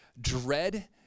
dread